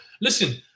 Listen